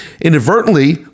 Inadvertently